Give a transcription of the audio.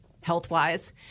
health-wise